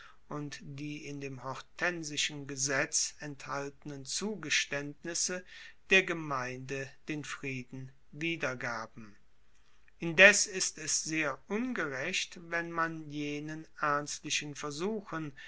die in dem hortensischen gesetz enthaltenen zugestaendnisse der gemeinde den frieden wiedergaben indes ist es sehr ungerecht wenn man jenen ernstlichen versuchen